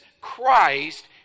Christ